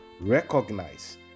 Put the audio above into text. Recognize